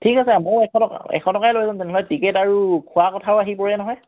ঠিক আছে ময়ো এশ টকা এশ টকাই লৈ যাম তেনেহ'লে টিকেট আৰু খোৱাৰ কথাও আহি পৰে নহয়